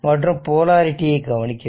மற்றும் போலரிட்டியை கவனிக்க வேண்டும்